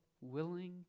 willing